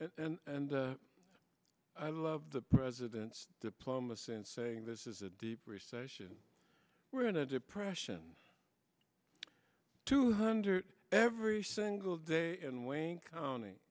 and i love the president's diplomacy and saying this is a deep recession we're in a depression two hundred every single day in wayne county